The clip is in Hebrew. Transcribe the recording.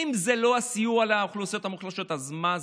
אם זה לא סיוע לאוכלוסיות המוחלשות אז מה זה?